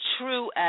true